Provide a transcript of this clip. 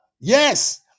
Yes